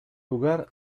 lugar